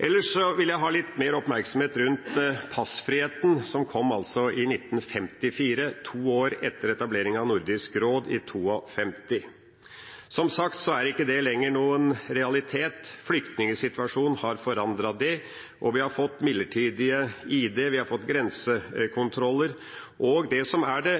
Ellers vil jeg ha litt mer oppmerksomhet rundt passfriheten, som altså kom i 1954 – to år etter etableringen av Nordisk råd i 1952. Som sagt er ikke den lenger noen realitet. Flyktningsituasjonen har forandret det, og vi har fått midlertidige ID- og grensekontroller. Det som er det